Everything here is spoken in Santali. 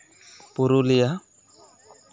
ᱯᱩᱨᱩᱞᱤᱭᱟᱹ